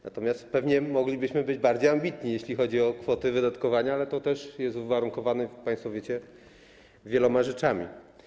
Natomiast pewnie moglibyśmy być bardziej ambitni, jeśli chodzi o kwoty wydatkowania, ale to też jest uwarunkowane - jak państwo wiecie - wieloma rzeczami.